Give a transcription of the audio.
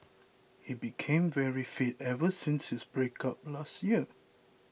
he became very fit ever since his breakup last year